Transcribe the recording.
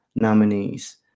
nominees